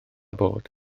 bod